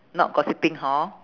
not gossiping hor